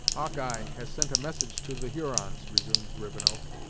hawkeye, has sent a message to the hurons, resumed rivenoak,